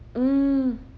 mm